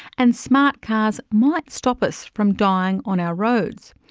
and smart cars might stop us from dying on our roads.